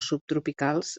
subtropicals